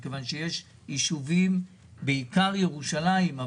יש ישובים, כמו ירושלים,